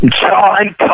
John